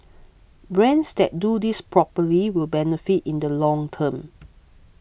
brands that do this properly will benefit in the long term